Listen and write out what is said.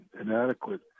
inadequate